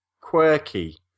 quirky